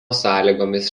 sąlygomis